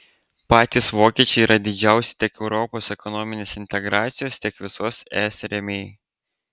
patys vokiečiai yra didžiausi tiek europos ekonominės integracijos tiek visos es rėmėjai